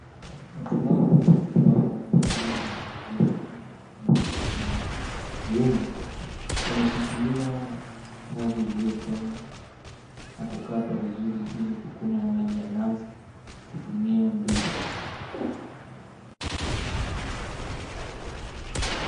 Watu hawa ni wawili wa jinsia ya kike mmoja akiwa wa kiume wameshikilia nazi iliochongwa na kukatwa vizuri ili kukunywa maji ya nazi kutumia mrija.